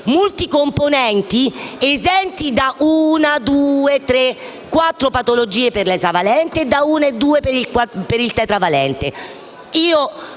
multicomponenti esenti da una, due, tre o quattro patologie per l'esavalente e da una o due per il tetravalente.